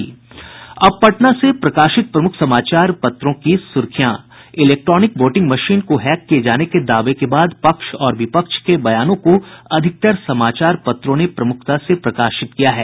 अब पटना से प्रकाशित प्रमुख समाचार पत्रों की सुर्खियां इलेक्ट्रॉनिक वोटिंग मशीन को हैक किये जाने के दावे के बाद पक्ष और विपक्ष के बयानों को अधिकतर समाचार पत्रों ने प्रमुखता से प्रकाशित किया है